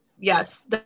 Yes